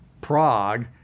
Prague